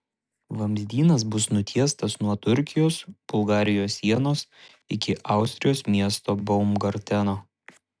vamzdynas bus nutiestas nuo turkijos bulgarijos sienos iki austrijos miesto baumgarteno